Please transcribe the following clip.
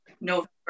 November